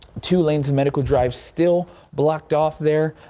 two lanes medical drive still blocked off there.